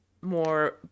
more